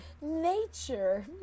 nature